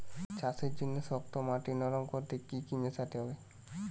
চাষের জন্য শক্ত মাটি নরম করতে কি কি মেশাতে হবে?